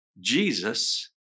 Jesus